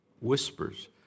whispers